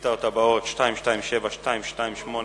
התשובות יועברו לפרוטוקול.